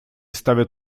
ставят